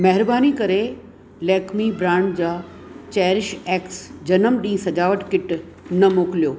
महिरबानी करे लैक्मे ब्रांड जा चैरिश एक्स जनम ॾींहुं सजावट किट न मोकिलियो